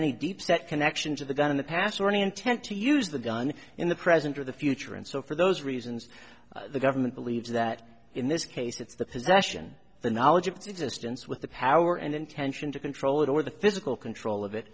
any deep set connections of the gun in the past or any intent to use the gun in the present or the future and so for those reasons the government believes that in this case it's the possession the knowledge of its existence with the power and intention to control it or the physical control of it